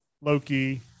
Loki